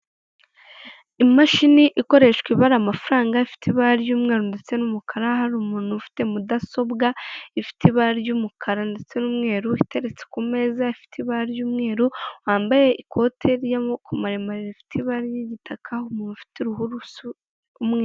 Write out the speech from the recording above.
Imashini ikoreshwa ibara amafaranga ifite ibara ry'umweru ndetse n'umukara, hari umuntu ufite mudasobwa ifite ibara ry'umukara ndetse n'umweru iteretse ku meza ifite ibara ry'umweru, wambaye ikote ry'amaboko maremare rifite ibara ry'igitaka, umuntu ufite uruhu rusa umweru.